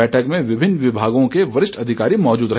बैठक में विभिन्न विभागों के वरिष्ठ अधिकारी मौजूद रहे